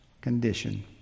condition